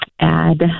add